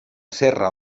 serra